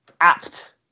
apt